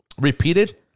repeated